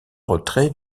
retrait